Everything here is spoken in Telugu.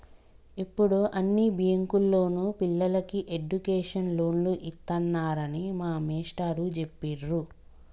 యిప్పుడు అన్ని బ్యేంకుల్లోనూ పిల్లలకి ఎడ్డుకేషన్ లోన్లు ఇత్తన్నారని మా మేష్టారు జెప్పిర్రు